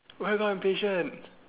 where got impatient